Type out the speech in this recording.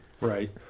Right